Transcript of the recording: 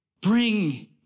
Bring